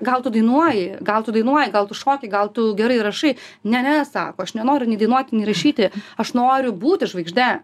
gal tu dainuoji gal tu dainuoji gal tu šoki gal tu gerai rašai ne ne sako aš nenoriu nei dainuoti nei rašyti aš noriu būti žvaigžde